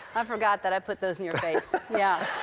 i forgot that i put those in your face. yeah.